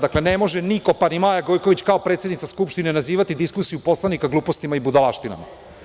Dakle, ne može niko, pa ni Maja Gojković kao predsednica Skupštine nazivati diskusiju poslanika glupostima i budalaštinama.